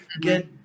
get